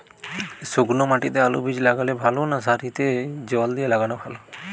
শুক্নো মাটিতে আলুবীজ লাগালে ভালো না সারিতে জল দিয়ে লাগালে ভালো?